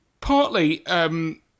partly